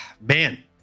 Man